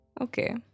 Okay